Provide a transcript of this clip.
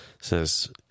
says